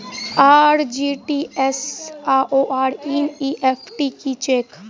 RTGS आओर NEFT की छैक?